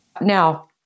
now